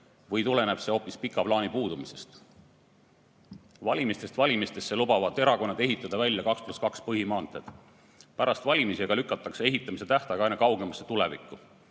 või tuleneb see hoopis pika plaani puudumisest? Valimistest valimistesse lubavad erakonnad ehitada välja 2 + 2 põhimaanteed, pärast valimisi aga lükatakse ehitamise tähtaeg aina kaugemasse tulevikku.